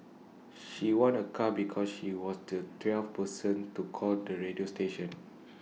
she won A car because she was the twelfth person to call the radio station